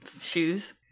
shoes